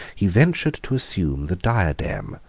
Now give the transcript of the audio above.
he ventured to assume the diadem,